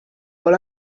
vol